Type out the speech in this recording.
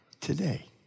today